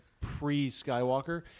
pre-Skywalker